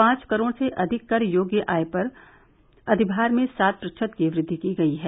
पांच करोड़ से अधिक कर योग्य आय पर अधिमार में सात प्रतिशत की वृद्धि की गई है